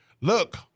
look